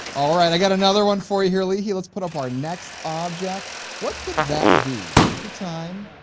alright, i got another one for you here leehee. let's put up our next object what could that be? take your time.